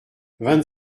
vingt